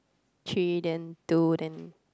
three then two then